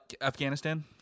Afghanistan